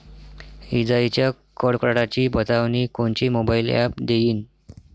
इजाइच्या कडकडाटाची बतावनी कोनचे मोबाईल ॲप देईन?